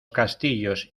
castillos